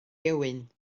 gewyn